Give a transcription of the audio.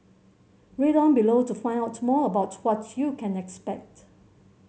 read on below to find out more about what you can expect